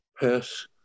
pass